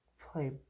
play